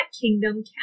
kingdom